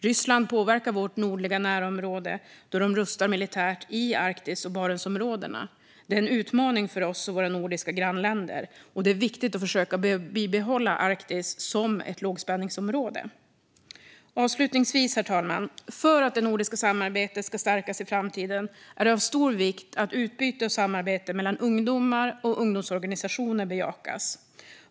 Ryssland påverkar vårt nordliga närområde då de rustar militärt i Arktis och Barentsområdena. Detta är en utmaning för oss och våra nordiska grannländer. Det är viktigt att försöka bibehålla Arktis som ett lågspänningsområde. Avslutningsvis, herr talman - för att det nordiska samarbetet ska stärkas i framtiden är det av stor vikt att utbyte och samarbete mellan ungdomar och ungdomsorganisationer bejakas.